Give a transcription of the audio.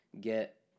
get